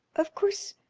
of course,